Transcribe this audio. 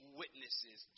witnesses